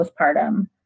postpartum